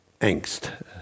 angst